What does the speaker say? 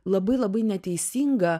labai labai neteisinga